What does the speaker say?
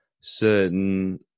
certain